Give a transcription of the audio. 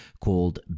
called